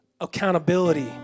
accountability